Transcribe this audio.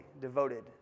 devoted